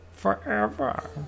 Forever